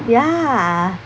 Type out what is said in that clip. ya